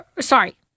sorry